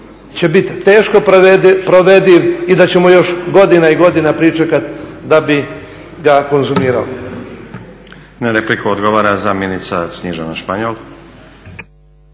će biti teško provediv i da ćemo još godina i godina pričekati da bi ga konzumirao.